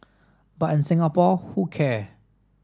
but in Singapore who care